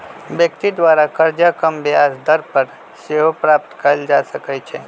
व्यक्ति द्वारा करजा कम ब्याज दर पर सेहो प्राप्त कएल जा सकइ छै